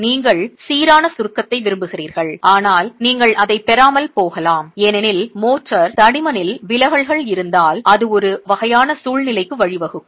நீங்கள் சீரான சுருக்கத்தை விரும்புகிறீர்கள் ஆனால் நீங்கள் அதைப் பெறாமல் போகலாம் ஏனெனில் மோர்டார் தடிமனில் விலகல்கள் இருந்தால் அது ஒரு வகையான சூழ்நிலைக்கு வழிவகுக்கும்